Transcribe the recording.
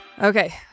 Okay